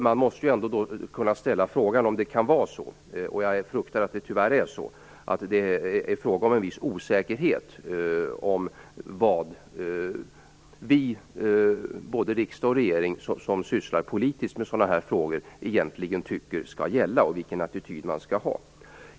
Man måste ändå kunna ställa frågan om det kan vara så - och jag fruktar att det är så - att det är fråga om en viss osäkerhet om vad vi i både riksdag och regering som sysslar politiskt med sådana här frågor egentligen tycker skall gälla och vilken attityd man skall ha.